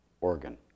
organ